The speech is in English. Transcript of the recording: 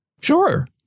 Sure